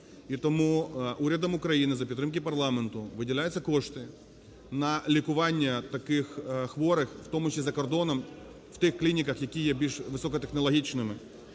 тому урядом України за підтримки парламенту виділяються кошти на лікування таких хворих, в тому числі за кордоном в тих клініках, які є більш високотехнологічними.